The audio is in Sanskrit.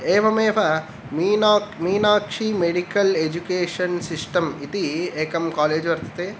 एवमेव मीनाक् मीनाक्षी मेडिकल् एजुकेशन् सिस्तम् इति एकं कालेज् वर्तते